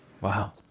Wow